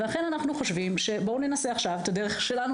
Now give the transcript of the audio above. ואכן אנחנו חושבים: בואו ננסה עכשיו את הדרך שלנו,